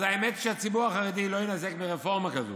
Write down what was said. אז האמת שהציבור החרדי לא יינזק מרפורמה כזאת